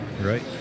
Right